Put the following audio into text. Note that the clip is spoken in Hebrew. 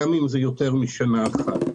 גם אם זה יותר משנה אחת.